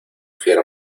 fiera